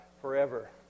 forever